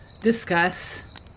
discuss